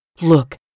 Look